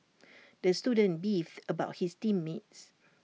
the student beefed about his team mates